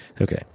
Okay